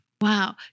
Wow